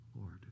Lord